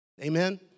Amen